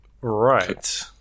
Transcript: Right